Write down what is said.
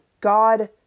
god